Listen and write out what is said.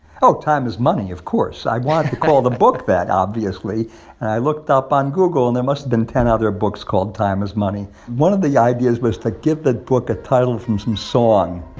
oh, time is money, of course i wanted to call the book that, obviously. and i looked up on google, and there must've been ten other books called time is money. one of the ideas was to give the book a title from some song.